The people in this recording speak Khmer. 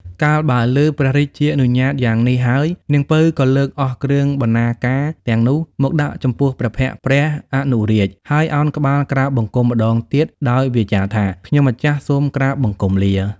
កាលបើឮព្រះរាជានុញ្ញាតយ៉ាងនេះហើយ នាង ពៅ ក៏លើកអស់គ្រឿងបណ្ណាការទាំងនោះ មកដាក់ចំពោះព្រះភក្ត្រព្រះអនុរាជ ហើយឱនក្បាលក្រាបបង្គំម្ដងទៀត ដោយវាចាថា ខ្ញុំម្ចាស់សូមក្រាបបង្គំលា ។